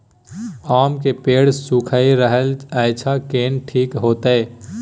आम के पेड़ सुइख रहल एछ केना ठीक होतय?